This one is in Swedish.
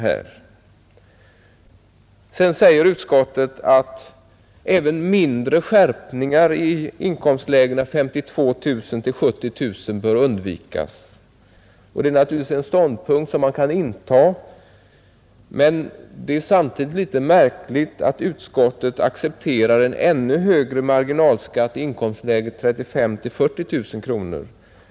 Vidare säger utskottet att även mindre skärpningar i inkomstlägena 52 000-70 000 kronor bör undvikas. Det är naturligtvis en ståndpunkt som man kan inta, men det är samtidigt litet märkligt att utskottet accepterar en ännu högre marginalskatt i inkomstläget 35 000-40 000 kronor.